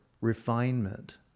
refinement